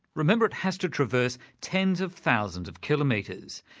remember it has to traverse tens of thousands of kilometres.